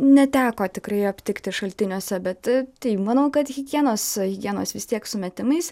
neteko tikrai aptikti šaltiniuose bet tai manau kad higienos higienos vis tiek sumetimais